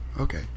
Okay